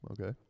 Okay